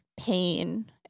pain